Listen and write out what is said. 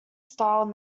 style